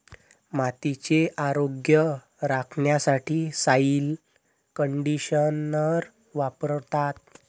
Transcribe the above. मातीचे आरोग्य राखण्यासाठी सॉइल कंडिशनर वापरतात